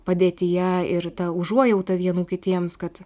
padėtyje ir ta užuojauta vienų kitiems kad